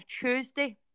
Tuesday